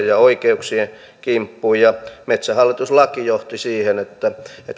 ja oikeuksien kimppuun ja metsähallitus laki johti siihen että